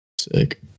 Sick